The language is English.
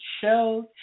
shows